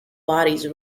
bodies